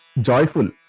joyful